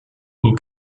aux